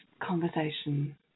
conversation